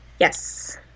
Yes